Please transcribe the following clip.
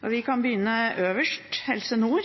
kutt. Vi kan begynne øverst, med Helse Nord.